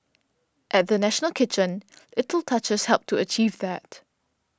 at the National Kitchen little touches helped to achieve that